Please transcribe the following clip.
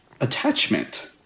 attachment